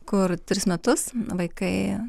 kur tris metus vaikai